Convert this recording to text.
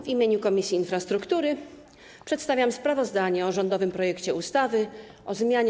W imieniu Komisji Infrastruktury przedstawiam sprawozdanie o rządowym projekcie ustawy o zmianie